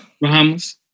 Bahamas